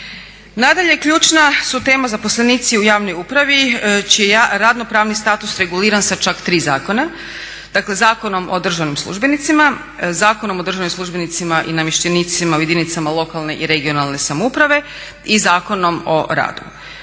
Nadalje, ključna su tema zaposlenici u javnoj upravi čiji je radno-pravni status reguliran sa čak 3 zakona, dakle Zakonom o državnim službenicima, Zakonom o državnim službenicima i namještenicima u jedinicama lokalne i regionalne samouprave i Zakonom o radu.